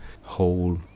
whole